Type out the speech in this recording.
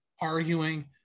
arguing